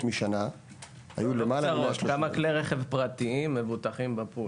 משנה היו- -- כמה בלי רכב מבוטחים בפול?